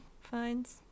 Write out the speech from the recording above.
finds